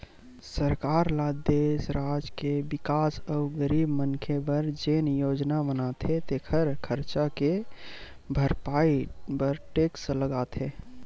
सरकार ल देस, राज के बिकास अउ गरीब मनखे बर जेन योजना बनाथे तेखर खरचा के भरपाई बर टेक्स लगाथे